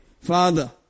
Father